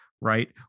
right